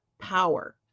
power